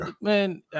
Man